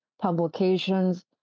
publications